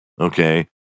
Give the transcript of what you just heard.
okay